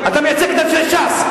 אתה מייצג את אנשי ש"ס,